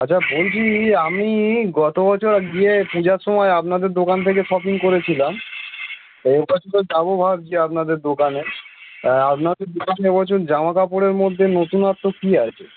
আচ্ছা বলছি আমি গত বছর গিয়ে পূজার সময় আপনাদের দোকান থেকে শপিং করেছিলাম রোববার দিনে যাবো ভাবছি আপনাদের দোকানে হ্যাঁ আপনাদের দোকানে এবছর জামাকাপড়ের মধ্যে নতুনত্ব কী আছে